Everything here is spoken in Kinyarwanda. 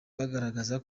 bagaragaza